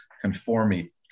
conformity